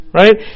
right